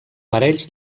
parells